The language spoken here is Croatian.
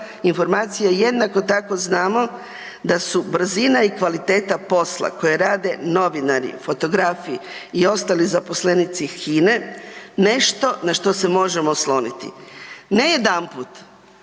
informacija, jednako tako znam da su brzina i kvaliteta posla koje rade novinari, fotografi i ostali zaposlenici HINA-e, nešto na što se možemo osloniti. Ne jedanput,